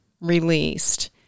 released